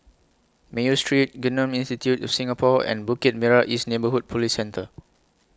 Mayo Street Genome Institute of Singapore and Bukit Merah East Neighbourhood Police Centre